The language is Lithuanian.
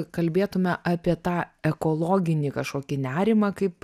kalbėtume apie tą ekologinį kažkokį nerimą kaip